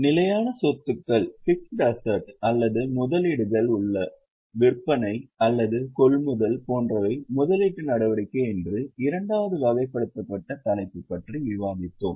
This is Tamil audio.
நிலையான சொத்துக்கள் அல்லது முதலீடுகள் உள்ள விற்பனை அல்லது கொள்முதல் போன்றவை முதலீட்டு நடவடிக்கை என்று இரண்டாவது வகைப்படுத்தப்பட்ட தலைப்பு பற்றி விவாதித்தோம்